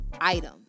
item